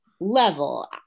level